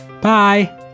Bye